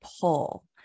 pull